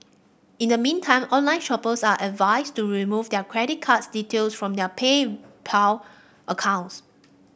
in the meantime online shoppers are advised to remove their credit card details from their PayPal accounts